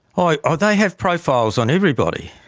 oh oh they have profiles on everybody.